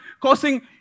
causing